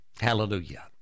Hallelujah